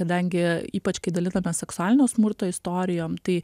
kadangi ypač kai dalinamės seksualinio smurto istorijom tai